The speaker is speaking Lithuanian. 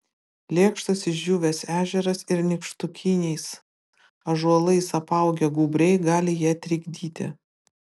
lėkštas išdžiūvęs ežeras ir nykštukiniais ąžuolais apaugę gūbriai gali ją trikdyti